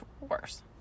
worse